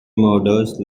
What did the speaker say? murders